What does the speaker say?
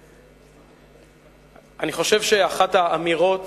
אני חושב שאחת האמירות